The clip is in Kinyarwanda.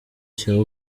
cya